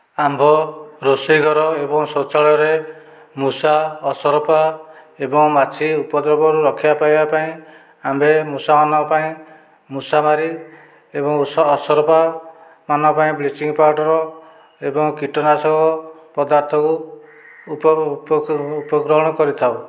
ଆମ୍ଭ ରୋଷେଇ ଘର ଏବଂ ଶୌଚାଳୟରେ ମୂଷା ଅସରପା ଏବଂ ମାଛି ଉପଦ୍ରବରୁ ରକ୍ଷା ପାଇବା ପାଇଁ ଆମ୍ଭେ ମୂଷା ମାନଙ୍କ ପାଇଁ ମୂଷାମାରି ଏବଂ ଅସରପା ମାନଙ୍କ ପାଇଁ ବ୍ଲିଚିଙ୍ଗ ପାଉଡ଼ର ଏବଂ କୀଟନାଶକ ପଦାର୍ଥକୁ ଉପଗ୍ରହଣ କରିଥାଉ